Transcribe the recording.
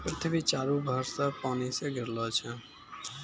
पृथ्वी चारु भर से पानी से घिरलो छै